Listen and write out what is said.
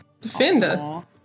Defender